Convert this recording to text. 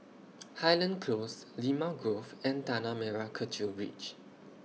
Highland Close Limau Grove and Tanah Merah Kechil Ridge